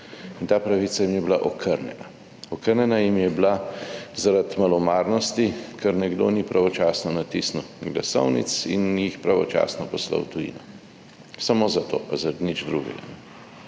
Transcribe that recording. ta pravica jim je bila okrnjena. Okrnjena jim je bila, zaradi malomarnosti, ker nekdo ni pravočasno natisnil glasovnic in jih pravočasno poslal v tujino. Samo za to pa, zaradi nič drugega.